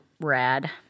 rad